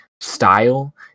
style